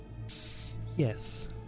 Yes